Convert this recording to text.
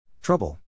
Trouble